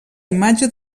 imatge